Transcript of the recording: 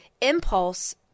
impulse